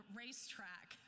racetrack